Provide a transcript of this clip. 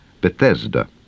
Bethesda